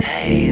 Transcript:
Hey